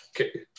okay